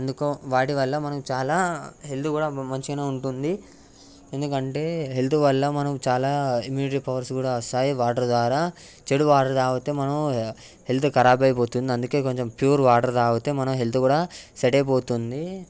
ఎందుకు వాటి వల్ల మనం చాలా హెల్త్ కూడా మంచిగా ఉంటుంది ఎందుకంటే హెల్త్ వల్ల మనకు చాలా ఇమ్మ్యూనిటీ పవర్స్ కూడా వస్తాయి వాటర్ ద్వారా చెడు వాటర్ తాగితే మనం హెల్త్ ఖరాబ్ అయిపోతుంది అందుకే కొంచెం ప్యూర్ వాటర్ తాగితే మన హెల్త్ కూడా సెట్ అయిపోతుంది